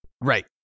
Right